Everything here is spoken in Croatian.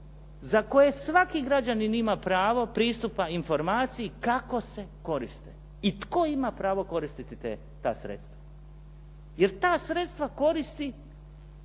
za koje svaki građanin ima pravo pristupa informaciji kako se koriste i tko ima pravo koristiti ta sredstva jer ta sredstva koristi